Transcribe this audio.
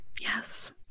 Yes